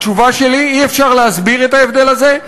התשובה שלי: אי-אפשר להסביר את ההבדל הזה,